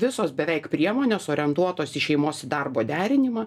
visos beveik priemonės orientuotos į šeimos darbo derinimą